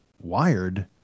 wired